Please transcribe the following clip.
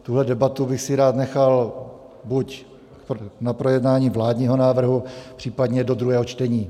Tuhle debatu bych si rád nechal buď na projednání vládního návrhu, případně do druhého čtení.